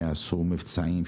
שיעשו מבצעים,